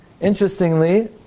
Interestingly